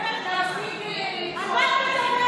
תפסיקי לצעוק.